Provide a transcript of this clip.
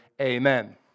Amen